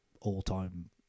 all-time